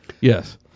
Yes